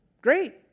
Great